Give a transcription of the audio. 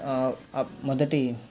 మొదటి